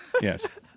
Yes